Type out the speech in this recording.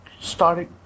started